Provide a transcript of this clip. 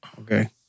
Okay